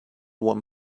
one